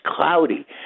cloudy